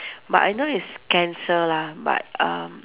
but I know it's cancer lah but um